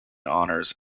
honors